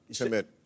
commit